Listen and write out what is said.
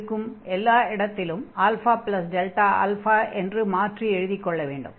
இருக்கும் இடத்தில் எல்லாம் α என்று மாற்றி எழுதிக் கொள்ள வேண்டும்